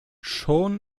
schon